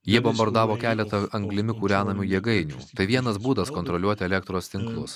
jie bombardavo keletą anglimi kūrenamų jėgainių vienas būdas kontroliuoti elektros tinklus